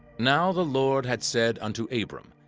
now the lord had said unto abram,